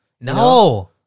No